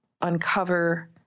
uncover